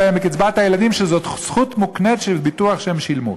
בהם בקצבת הילדים שהיא זכות מוקנית של ביטוח שהם שילמו.